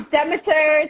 Demeter